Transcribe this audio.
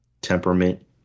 Temperament